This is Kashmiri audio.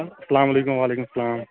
اسلام علیکُم وعلیکُم اسلام